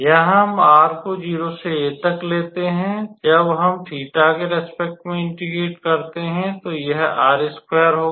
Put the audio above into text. यहाँ हम r को 0 से a तक लेते हैं जब हम 𝜃 के प्रति इंटेग्रेट करते हैं तो यह होगा